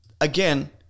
again